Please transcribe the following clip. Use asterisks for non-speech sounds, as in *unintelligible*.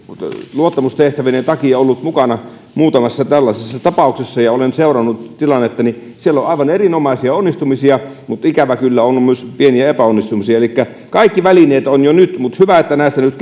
luottamustehtävieni takia ollut mukana muutamassa tällaisessa tapauksessa ja olen seurannut tilannetta siellä on aivan erinomaisia onnistumisia mutta ikävä kyllä on myös pieniä epäonnistumisia kaikki välineet on jo nyt mutta hyvä että näistä nyt *unintelligible*